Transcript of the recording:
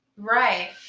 Right